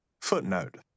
Footnote